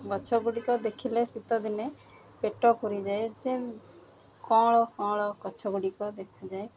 ଗଛଗୁଡ଼ିକ ଦେଖିଲେ ଶୀତଦିନେ ପେଟ ପୁରିଯାଏ ଯେ କଅଁ କଅଁଳ ଗଛଗୁଡ଼ିକ ଦେଖାଯାଏ